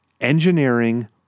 engineering